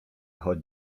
choć